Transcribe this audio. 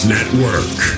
Network